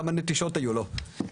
כמה נטישות היו לו,